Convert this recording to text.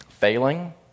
failing